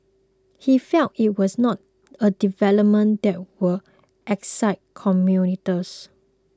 he felt it was not a development that would excite